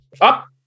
up